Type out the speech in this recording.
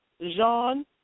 Jean